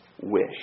wish